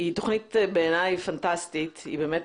בעיני היא תכנית פנטסטית והיא באמת